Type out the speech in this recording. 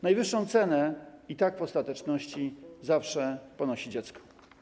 Najwyższą cenę i tak w ostateczności zawsze ponosi dziecko.